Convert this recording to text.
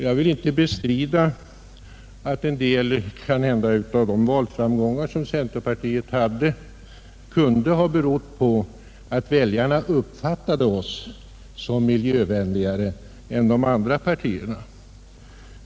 Jag vill inte bestrida att en del av de valframgångar som centerpartiet hade kan ha berott på att väljarna uppfattade oss som miljövänligare än de andra partierna.